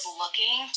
looking